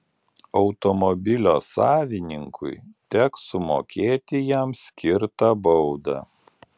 automobilio savininkui teks sumokėti jam skirtą baudą